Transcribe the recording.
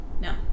No